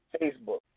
Facebook